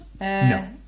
No